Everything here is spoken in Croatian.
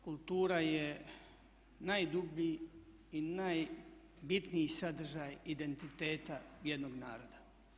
Kultura je najdublji i najbitniji sadržaj identiteta jednog naroda.